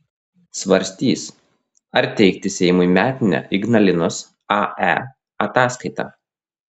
svarstys ar teikti seimui metinę ignalinos ae ataskaitą